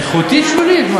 איכותית שולית.